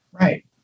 Right